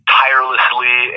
tirelessly